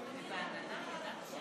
אומרת: אדם